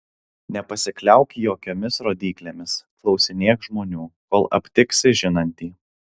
nepasikliauk jokiomis rodyklėmis klausinėk žmonių kol aptiksi žinantį